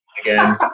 again